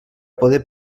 poder